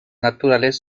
naturales